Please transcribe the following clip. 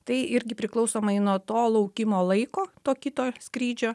tai irgi priklausomai nuo to laukimo laiko to kito skrydžio